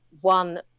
one